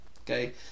Okay